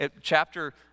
chapter